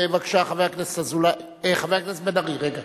בבקשה, חבר הכנסת אזולאי, חבר הכנסת בן-ארי, רגע.